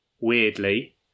weirdly